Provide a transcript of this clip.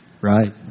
Right